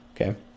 Okay